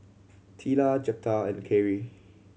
Teela Jeptha and Carey